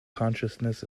consciousness